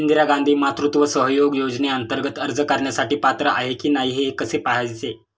इंदिरा गांधी मातृत्व सहयोग योजनेअंतर्गत अर्ज करण्यासाठी पात्र आहे की नाही हे कसे पाहायचे?